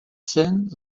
scène